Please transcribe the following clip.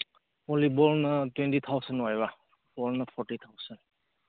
ꯚꯣꯂꯤꯕꯣꯜꯅ twenty thousand ꯑꯣꯏꯕ ꯐꯨꯠꯕꯣꯜꯅ forty thousand